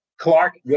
Clark